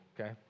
okay